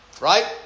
Right